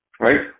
Right